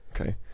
okay